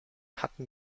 hatten